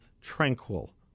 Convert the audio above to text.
tranquil